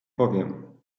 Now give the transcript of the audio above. powiem